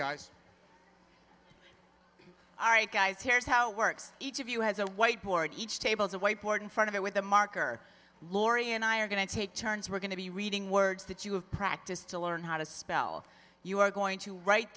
guys all right guys here's how it works each of you has a white board each table is a white board in front of it with a marker lori and i are going to take turns we're going to be reading words that you have practiced to learn how to spell you are going to write